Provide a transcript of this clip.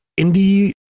indie